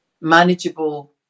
manageable